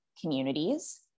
communities